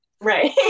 Right